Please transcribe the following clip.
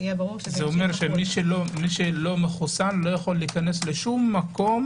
כלומר מי שלא מחוסן לא יכול להיכנס לשום מקום?